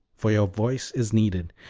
for your voice is needed.